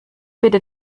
bitte